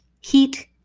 Heat